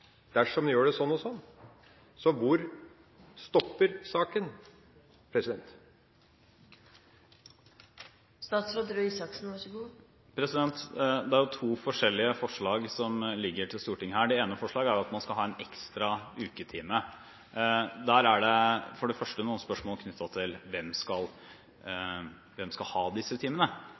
dersom en gjør det sånn og sånn. Så hvor stopper saken? Det er to forskjellige forslag til Stortinget som ligger her. Det ene forslaget er at man skal ha en ekstra uketime. Der er det for det første noen spørsmål knyttet til hvem skal ha disse timene.